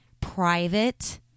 private